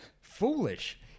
Foolish